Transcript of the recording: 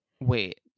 Wait